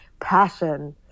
passion